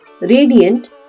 radiant